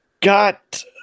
got